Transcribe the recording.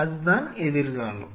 அதுதான் எதிர்காலம்